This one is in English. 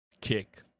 Kick